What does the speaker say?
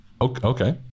okay